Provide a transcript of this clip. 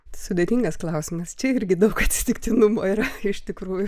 sudėtingas klausimas čia irgi daug atsitiktinumo yra iš tikrųjų